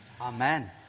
Amen